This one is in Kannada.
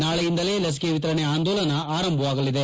ನಾಳೆಯಿಂದಲೇ ಲಸಿಕೆ ವಿತರಣೆ ಆಂದೋಲನ ಆರಂಭವಾಗಲಿದೆ